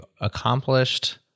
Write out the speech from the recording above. accomplished